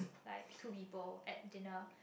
like two people at dinner